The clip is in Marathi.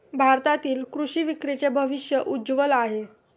भारतातील कृषी विक्रीचे भविष्य उज्ज्वल आहे